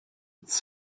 its